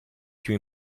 più